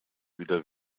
wieder